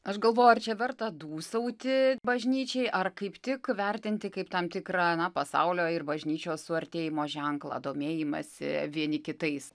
aš galvoju ar čia verta dūsauti bažnyčiai ar kaip tik vertinti tam tikrą na pasaulio ir bažnyčios suartėjimo ženklą domėjimąsi vieni kitais